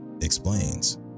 explains